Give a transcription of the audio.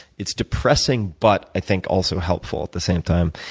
it's depressing, but i think also helpful at the same time.